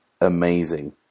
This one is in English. amazing